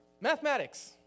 Mathematics